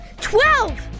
TWELVE